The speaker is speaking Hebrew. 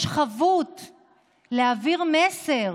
יש חובה להעביר מסר,